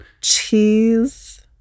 cheese